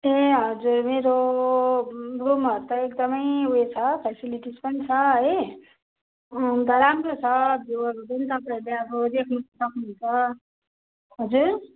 ए हजुर मेरो रुमहरू त एकदमै ऊ यो छ फेसिलिटज पनि छ है अन्त राम्रो छ भ्युहरू पनि तपाईँहरूले अब देख्नु सक्नुहुन्छ हजुर